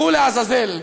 לכו לעזאזל.